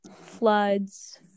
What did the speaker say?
Floods